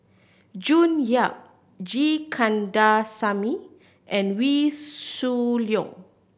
June Yap G Kandasamy and Wee Shoo Leong